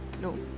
No